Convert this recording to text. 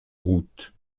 route